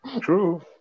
True